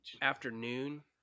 afternoon